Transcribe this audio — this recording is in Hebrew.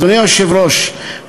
אדוני היושב-ראש,